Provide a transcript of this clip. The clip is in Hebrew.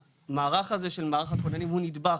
המערך הזה של מערך הכוננים הוא נדבך,